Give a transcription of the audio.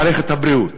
מערכת הבריאות: